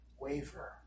waver